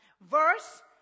verse